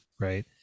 right